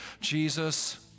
Jesus